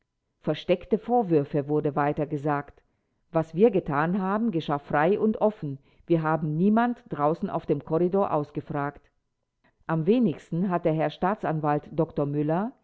versteckte vorwürfe wurde weiter gesagt was wir getan haben geschah frei und offen wir haben niemand draußen auf dem korridor ausgefragt am wenigsten hat der herr staatsanwalt dr müller